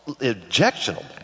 objectionable